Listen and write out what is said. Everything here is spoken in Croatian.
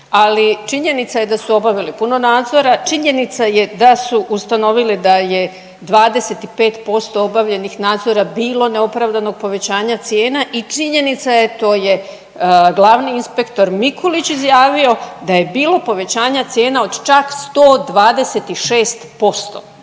ali činjenica je da su obavili puno nadzora, činjenica je da su ustanovili da je 25% obavljenih nadzora bilo neopravdanog povećanja cijena i činjenica je to je glavni inspektor Mikulić izjavio da je bilo povećanja cijena od čak 125%.